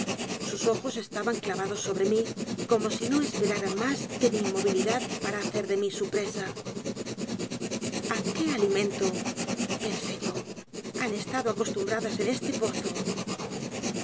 sus ojos ojos estaban clavados sobre mí como si no esperaran más que mi inmovilidad para hacer de mí su presa á qué alimento pensé yo han estado acost u m b r a d a s en este pozo